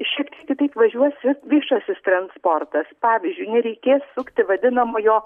šiek tiek kitaip važiuos ir viešasis transportas pavyzdžiui nereikės sukti vadinamojo